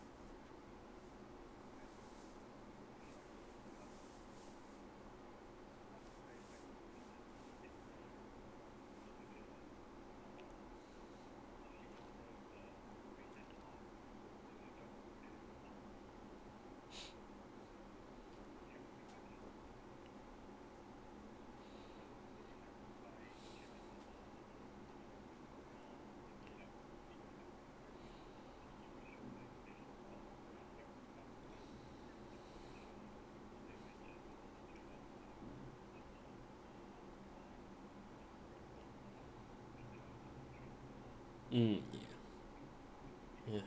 mm ya ya